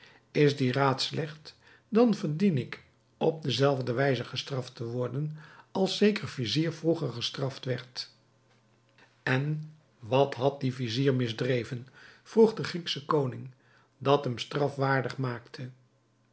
is die raad slecht dan verdien ik op dezelfde wijze gestraft te worden als zeker vizier vroeger gestraft werd en wat had die vizier misdreven vroeg de grieksche koning dat hem strafwaardig maakte